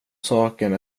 saken